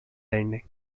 landing